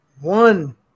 One